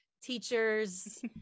teachers